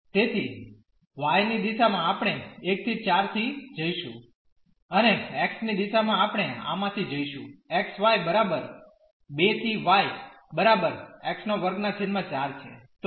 તેથી y ની દિશામાં આપણે 1¿ 4 થી જઈશું અને x ની દિશામાં આપણે આમાંથી જઈશું xy બરાબર 2¿ y બરાબર x24 છે